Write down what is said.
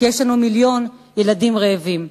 כי יש לנו מיליון ילדים רעבים.